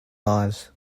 lives